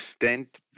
extent